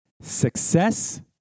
Success